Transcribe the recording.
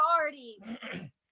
already